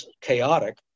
chaotic